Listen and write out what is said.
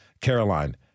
Caroline